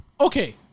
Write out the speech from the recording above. okay